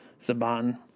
Saban